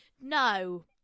No